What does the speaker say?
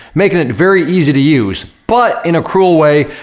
making it very easy to use, but in a cruel way,